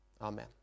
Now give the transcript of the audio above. Amen